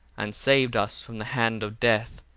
and saved us from the hand of death,